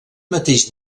mateix